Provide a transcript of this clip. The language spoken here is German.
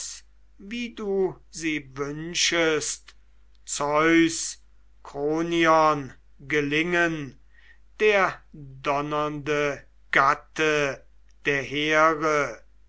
wie du sie wünschest zeus kronion gelingen der donnernde gatte der here